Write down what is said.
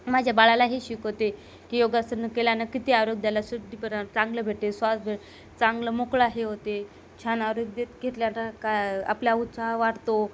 माझ्या बाळालाही शिकवते की योगासन केल्यानं किती आरोग्याला सुुट्टीपणा चांगलं भेटेल श्वास भेट चांगलं मोकळा हे होते छान आरोग्यात घेतल्यान काय आपल्या उत्साह वाढतो